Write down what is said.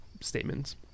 statements